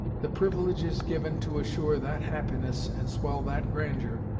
the privilege is given to assure that happiness and swell that grandeur,